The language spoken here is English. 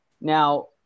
Now